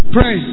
Pray